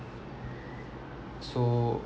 so